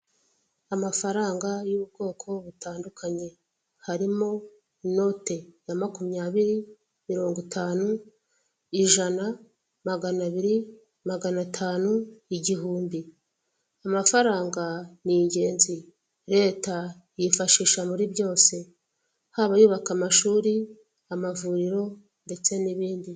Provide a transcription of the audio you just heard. Amafranga y'ubwoko butandukanye harimo inoti ya makumyabiri, mirongo itanu, ijana, magana abiri, magana atanu, igihumbi, amafaranga ni ingenzi leta iyifashisha muri byose haba yubaka amashuri, amavuriro ndetse n'ibindi.